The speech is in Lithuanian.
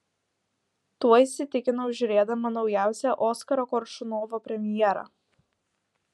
tuo įsitikinau žiūrėdama naujausią oskaro koršunovo premjerą